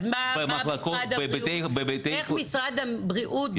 במחלקות בבתי חולים --- אז מה משרד הבריאות,